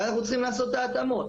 ואז אנחנו צריכים לעשות את ההתאמות.